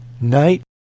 night